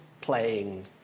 playing